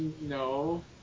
No